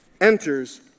enters